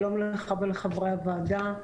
שלום לך ולחברי הוועדה.